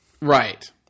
right